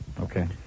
Okay